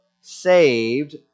saved